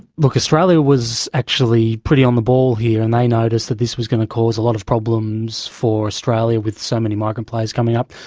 look, australia was actually pretty on the ball here and they noticed that this was going to cause a lot of problems for australian with so many migrant players coming up.